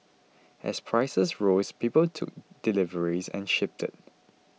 as prices rose people took deliveries and shipped it